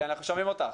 אנחנו שומעים אותך.